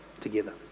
together